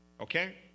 okay